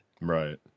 Right